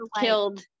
killed